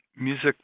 music